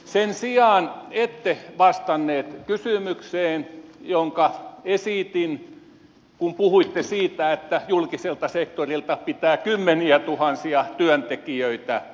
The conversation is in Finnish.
sen sijaan ette vastannut kysymykseen jonka esitin kun puhuitte siitä että julkiselta sektorilta pitää kymmeniätuhansia työntekijöitä vähentää